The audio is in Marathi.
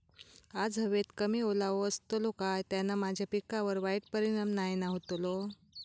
आज हवेत कमी ओलावो असतलो काय त्याना माझ्या पिकावर वाईट परिणाम नाय ना व्हतलो?